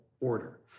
order